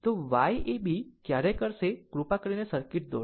તો Y ab ક્યારે કરશે આ કૃપા કરીને સર્કિટ દોરો